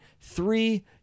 three